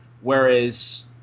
whereas